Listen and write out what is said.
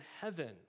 heaven